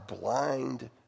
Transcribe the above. blind